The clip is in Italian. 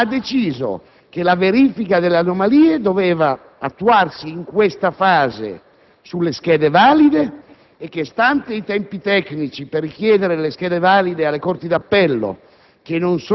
invece che la verifica delle anomalie doveva attuarsi in questa fase sulle schede valide e che, stante i tempi tecnici per richiedere le schede valide alle corti d'appello,